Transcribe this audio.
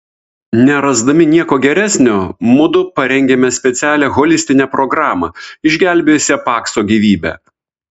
nerasdami nieko geresnio mudu parengėme specialią holistinę programą išgelbėjusią pakso gyvybę